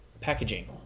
packaging